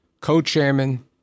co-chairman